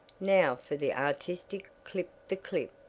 now for the artistic clip-the-clip.